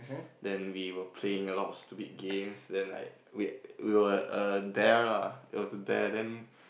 then we were playing a lot of stupid games then like we we were err dare lah it was a dare then